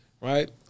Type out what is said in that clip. right